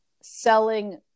selling